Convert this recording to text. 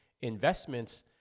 investments